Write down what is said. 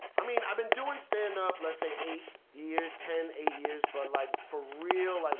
i mean i've been doing stand-up let's say eight years, ten, eight years. but like for real, like